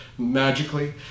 magically